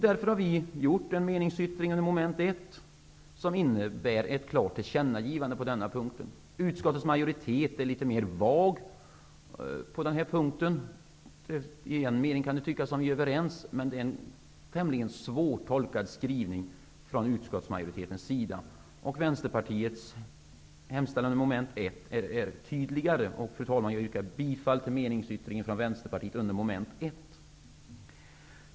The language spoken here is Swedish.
Därför har vi gjort den meningsyttringen beträffande moment 1 att vi vill att riksdagen skall göra ett klart tillkännagivande på denna punkt. Utskottets majoritet är litet mera vag på den punkten. I en mening kan det tyckas som om vi är överens, men det är en tämligen svårtolkad skrivning från utskottsmajoritetens sida. Vänsterpartiets hemställan i moment 1 är tydligare. Fru talman! Jag yrkar bifall till meningsyttringen från vänsterpartiet under moment 1.